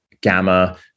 Gamma